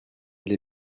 les